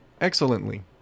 excellently